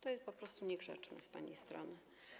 To jest po prostu niegrzeczne z pani strony.